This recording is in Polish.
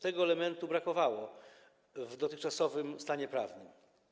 Tego elementu brakowało w dotychczasowym stanie prawnym.